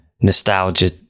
nostalgia